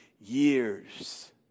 years